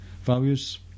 values